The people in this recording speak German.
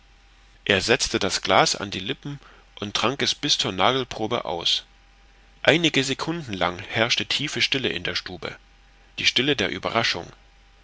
er setzte das glas an die lippen und trank es bis zur nagelprobe aus einige sekunden lang herrschte tiefe stille in der stube die stille der ueberraschung